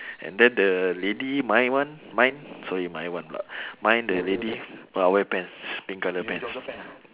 and then the lady my one mine sorry my one m~ mine the lady ah wear pants pink colour pants